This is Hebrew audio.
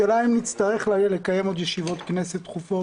השאלה אם נצטרך עוד לקיים ישיבות כנסת דחופות